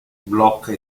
blocca